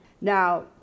Now